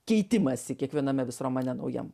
keitimąsi kiekviename vis romane naujam